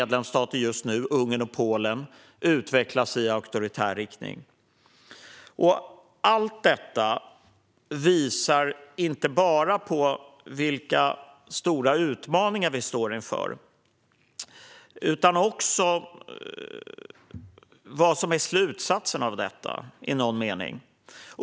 De är just nu två, Ungern och Polen, men det kan bli fler. Allt detta visar inte bara vilka stora utmaningar vi står inför utan också vad som i någon mening är slutsatsen av detta.